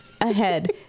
ahead